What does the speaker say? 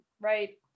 right